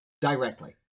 directly